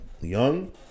young